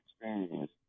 experience